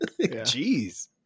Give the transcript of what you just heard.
Jeez